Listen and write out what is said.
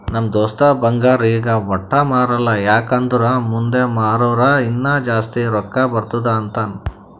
ನಮ್ ದೋಸ್ತ ಬಂಗಾರ್ ಈಗ ವಟ್ಟೆ ಮಾರಲ್ಲ ಯಾಕ್ ಅಂದುರ್ ಮುಂದ್ ಮಾರೂರ ಇನ್ನಾ ಜಾಸ್ತಿ ರೊಕ್ಕಾ ಬರ್ತುದ್ ಅಂತಾನ್